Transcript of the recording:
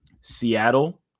Seattle